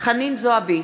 חנין זועבי,